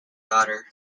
daughter